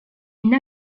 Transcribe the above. une